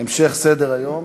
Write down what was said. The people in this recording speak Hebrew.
המשך סדר-היום,